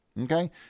Okay